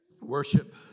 worship